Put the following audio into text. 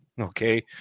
Okay